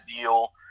deal